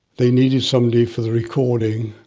they needed somebody for the recording,